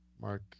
Mark